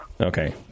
Okay